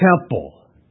temple